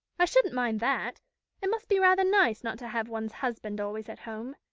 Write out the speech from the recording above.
i shouldn't mind that it must be rather nice not to have one's husband always at home.